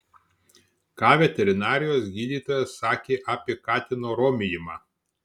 ką veterinarijos gydytojas sakė apie katino romijimą